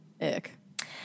Ick